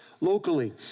locally